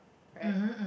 right